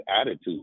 attitude